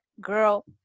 girl